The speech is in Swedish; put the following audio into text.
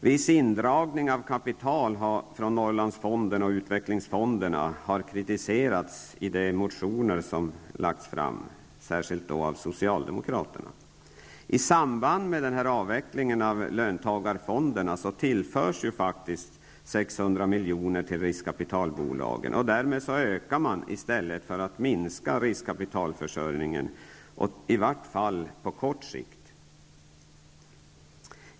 Viss indragning av kapital från Norrlandsfonden och utvecklingsfonderna har kritiserats i de motioner som socialdemokrater har avgivit. I samband med avvecklingen av löntagarfonderna tillförs faktiskt riskkapitalbolagen 600 milj.kr. Därmed ökar man i stället för att minska riskkapitalförsörjningen, åtminstone på kort sikt.